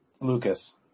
Lucas